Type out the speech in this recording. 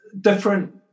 different